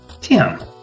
Tim